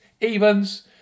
evens